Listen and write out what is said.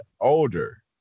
older